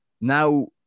now